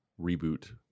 reboot